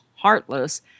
heartless